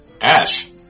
Ash